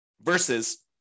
versus